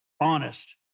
honest